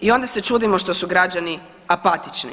i onda se čudimo što su građani apatični.